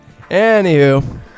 Anywho